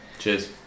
cheers